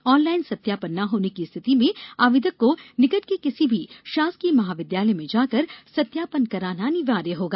online सत्यापन न होने की स्थिति में आवेदक को निकट के किसी भी शासकीय महाविद्यालय में जाकर सत्यापन कराना अनिवार्य होगा